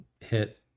hit